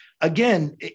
again